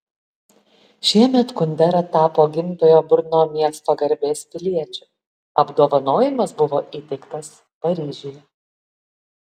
šiemet kundera tapo gimtojo brno miesto garbės piliečiu apdovanojimas buvo įteiktas paryžiuje